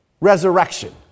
resurrection